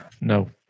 No